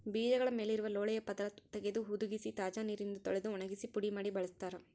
ಬೀಜಗಳ ಮೇಲಿರುವ ಲೋಳೆಯ ಪದರ ತೆಗೆದು ಹುದುಗಿಸಿ ತಾಜಾ ನೀರಿನಿಂದ ತೊಳೆದು ಒಣಗಿಸಿ ಪುಡಿ ಮಾಡಿ ಬಳಸ್ತಾರ